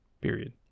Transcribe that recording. period